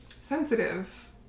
sensitive